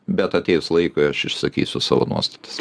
bet atėjus laikui aš išsakysiu savo nuostatas